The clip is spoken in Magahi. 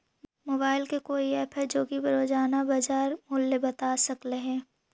मोबाईल के कोइ एप है जो कि रोजाना के बाजार मुलय बता सकले हे?